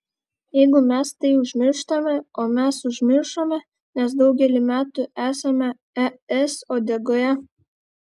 jeigu mes tai užmirštame o mes užmiršome nes daugelį metų esame es uodegoje